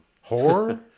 Horror